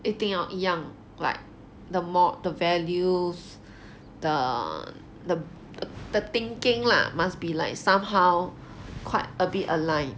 一定要一样 like the mo~ the values the th~ th~ the thinking lah must be like somehow quite a bit align